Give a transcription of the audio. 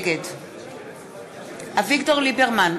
נגד אביגדור ליברמן,